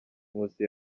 nkusi